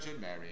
Mary